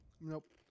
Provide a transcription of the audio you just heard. Nope